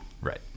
Right